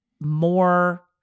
more